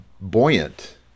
buoyant